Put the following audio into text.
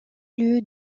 lieu